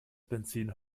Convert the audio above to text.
benzin